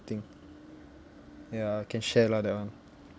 I think ya can share lah that one